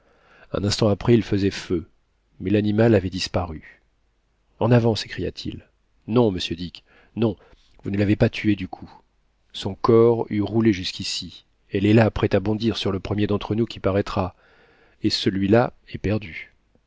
un instant après il faisait feu mais l'animal avait disparu en avant s'écria-t-il non monsieur dick non vous ne l'avez pas tuée du coup son corps eut roulé jusqu'ici elle est là prête à bondir sur le premier d'entre nous qui paraîtra et celui-là est perdu